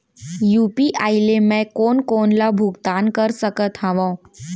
UPI ले मैं कोन कोन ला भुगतान कर सकत हओं?